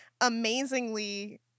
amazingly